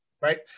Right